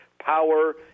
power